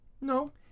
no